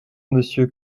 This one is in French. monsieur